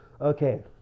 Okay